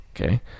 Okay